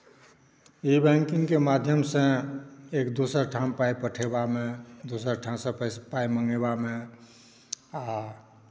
ई banking केँ माध्यमसँ एक दोसर ठाम पाई पठेबा मे दोसर ठामसँ पाई मँगयबामे आ जे काज